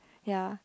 ya